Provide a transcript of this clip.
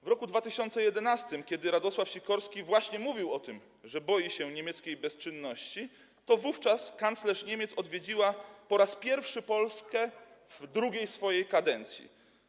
W roku 2011, kiedy Radosław Sikorski właśnie mówił o tym, że boi się niemieckiej bezczynności, kanclerz Niemiec odwiedziła po raz pierwszy Polskę w drugiej swojej kadencji.